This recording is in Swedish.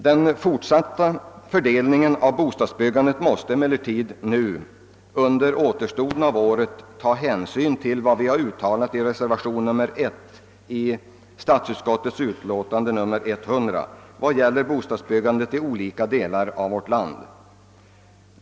Den fortsatta fördelningen av bostadsbyggandet måste emellertid under återstoden av året ta hänsyn till vad vi uttalat i reservationen 1 i statsutskottets utlåtande nr 100 beträffande bostadsbyggandet i olika delar av vårt land.